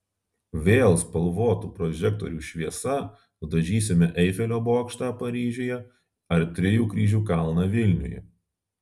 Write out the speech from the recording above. vėl spalvotų prožektorių šviesa nudažysime eifelio bokštą paryžiuje ar trijų kryžių kalną vilniuje